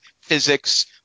physics